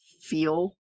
feel